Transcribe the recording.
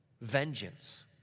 vengeance